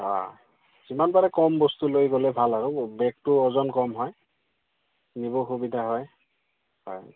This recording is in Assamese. অঁ যিমান পাৰে কম বস্তু লৈ গ'লে ভাল আৰু বেগটো ওজন কম হয় নিব সুবিধা হয় হয়